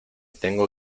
tengo